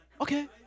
okay